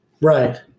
Right